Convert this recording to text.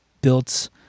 built